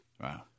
Wow